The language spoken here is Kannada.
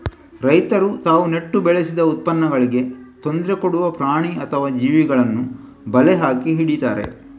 ರೈತರು ತಾವು ನೆಟ್ಟು ಬೆಳೆಸಿದ ಉತ್ಪನ್ನಗಳಿಗೆ ತೊಂದ್ರೆ ಕೊಡುವ ಪ್ರಾಣಿ ಅಥವಾ ಜೀವಿಗಳನ್ನ ಬಲೆ ಹಾಕಿ ಹಿಡೀತಾರೆ